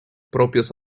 propios